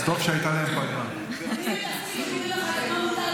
גם בסרטונים,